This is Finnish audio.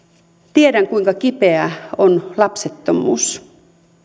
tiedän kuinka kipeää on lapsettomuus